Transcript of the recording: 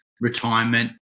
retirement